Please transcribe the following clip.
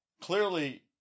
clearly